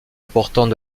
important